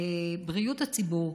בבריאות הציבור,